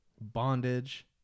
Bondage